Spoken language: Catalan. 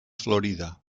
florida